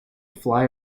fly